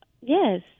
Yes